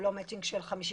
הוא לא מצ'ינג של 50-50,